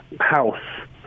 house